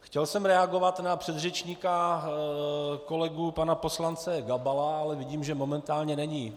Chtěl jsem reagovat na předřečníka kolegu pana poslance Gabala, ale vidím, že momentálně není.